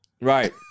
Right